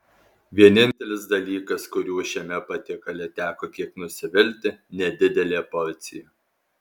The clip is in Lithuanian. vienintelis dalykas kuriuo šiame patiekale teko kiek nusivilti nedidelė porcija